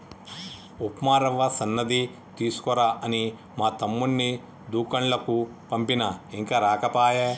ఉప్మా రవ్వ సన్నది తీసుకురా అని మా తమ్ముణ్ణి దూకండ్లకు పంపిన ఇంకా రాకపాయె